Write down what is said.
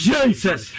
Jesus